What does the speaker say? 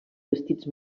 vestits